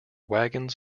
wagons